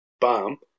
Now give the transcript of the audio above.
Bam